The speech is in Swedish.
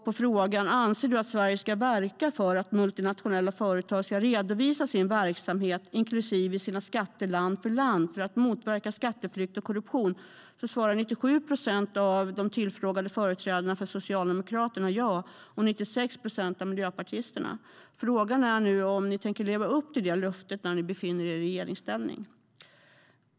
På frågan om man anser att Sverige ska verka för att multinationella företag ska redovisa sin verksamhet, inklusive sina skatter, land för land för att motverka skatteflykt och korruption svarade 97 procent av de tillfrågade företrädarna för Socialdemokraterna och 96 procent av miljöpartisterna ja. Frågan är om ni tänker leva upp till löftet när ni befinner er i regeringsställning.